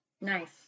nice